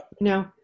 No